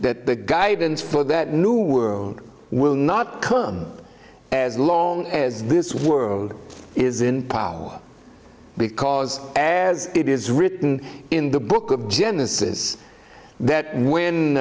that the guidance for that new world will not come as long as this world is in power because as it is written in the book of genesis that when